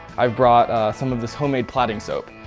i've brought some of this homemade plaiting soap,